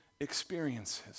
experiences